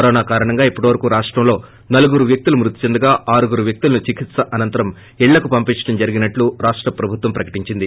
corona కారణంగా ఇప్పటి వరకూ రాష్టంలో నలుగురు వ్యక్తలు మృతి చెందగా ఆరుగురు వ్యక్తులను చికిత్స అనంతరం ఇళ్ళకు పంపించడం జరిగిందని రాష్ట ప్రభుత్వం ప్రకటించింది